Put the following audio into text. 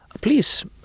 Please